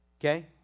okay